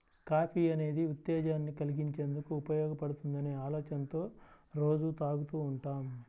coffee అనేది ఉత్తేజాన్ని కల్గించేందుకు ఉపయోగపడుతుందనే ఆలోచనతో రోజూ తాగుతూ ఉంటాం